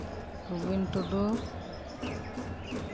Robin Tudu